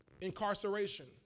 Incarceration